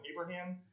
Abraham